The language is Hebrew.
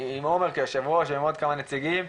עם עומר כיו"ר ועוד כמה נציגים.